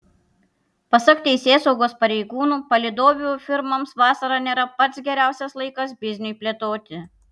pasak teisėsaugos pareigūnų palydovių firmoms vasara nėra pats geriausias laikas bizniui plėtoti